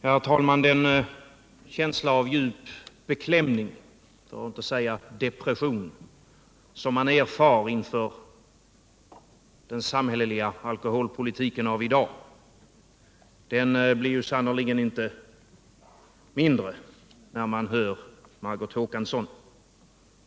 Herr talman! Den känsla av djup beklämning — för att inte säga depression — som man erfar inför den samhälleliga alkoholpolitiken av i dag blir sannerligen inte mindre när man hör Margot Håkansson.